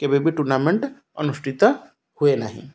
କେବେ ବି ଟୁର୍ଣ୍ଣାମେଣ୍ଟ୍ ଅନୁଷ୍ଠିତ ହୁଏ ନାହିଁ